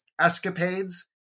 escapades